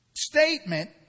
statement